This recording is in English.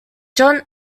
john